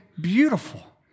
beautiful